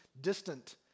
distant